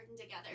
together